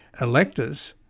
electors